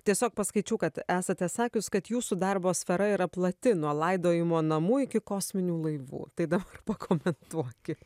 tiesiog paskaičiau kad esate sakius kad jūsų darbo sfera yra plati nuo laidojimo namų iki kosminių laivų tai dabar pakomentuoki